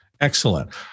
Excellent